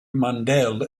mandel